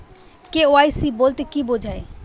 KYC বলতে কি বোঝায়?